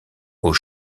aux